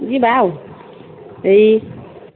ଯିବା ଆଉ ଏଇ